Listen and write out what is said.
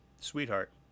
sweetheart